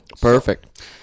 Perfect